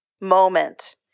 moment